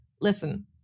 listen